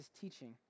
teaching